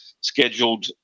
scheduled